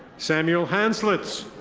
samuel hanslets.